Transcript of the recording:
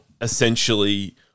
essentially